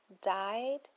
died